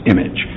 Image